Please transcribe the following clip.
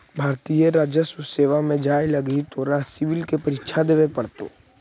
भारतीय राजस्व सेवा में जाए लगी तोरा सिवल के परीक्षा देवे पड़तो